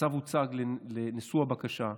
הצו הוצג לנשוא הבקשה.